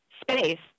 space